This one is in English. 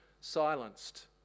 silenced